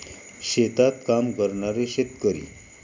शेतात काम करणारे शेतकरी